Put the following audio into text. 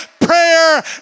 prayer